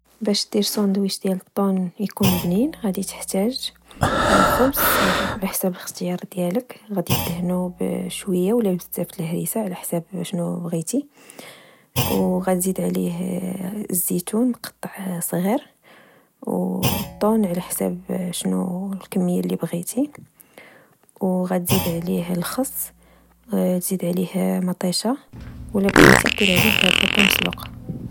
باش دير سندويش ديال الطون يكون بنين، غادي تحتاج: 1. الخبز، على حساب الإختيار ديالك ، غدي دهنو بشوية ولا بزاف الهريسة، على حساب أشنو بغيتي، أو غدي تزيد عليه الزتون مقطع صغير، أو الطون على حساب شنو الكمية لي بغيتي، أو غدي تزيد عليه الخص، تزيد عليه مطيشة، ولا بغيتي دير عليه البطاطا مصلوقة